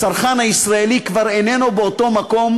הצרכן הישראלי כבר איננו באותו מקום